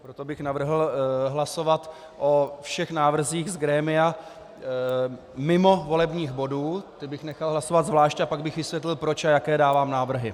Proto bych navrhl hlasovat o všech návrzích z grémia mimo volebních bodů, o těch bych nechal hlasovat zvlášť, a pak bych vysvětlil proč a jaké dávám návrhy.